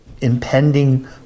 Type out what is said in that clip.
impending